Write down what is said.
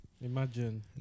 Imagine